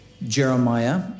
Jeremiah